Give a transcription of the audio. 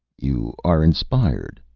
you are inspired,